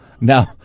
Now